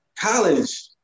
college